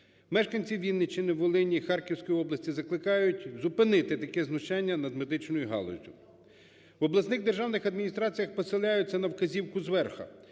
Мешканці Вінниччини, Волині, Харківської області закликають зупинити таке знущання над медичною галуззю. У обласних державних адміністраціях посилаються на вказівку зверху